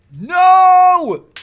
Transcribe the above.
No